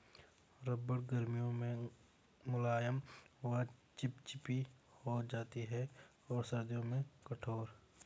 रबड़ गर्मियों में मुलायम व चिपचिपी हो जाती है और सर्दियों में कठोर